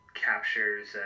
Captures